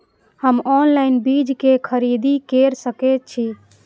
हम ऑनलाइन बीज के खरीदी केर सके छी?